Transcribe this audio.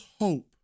hope